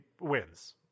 wins